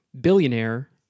billionaire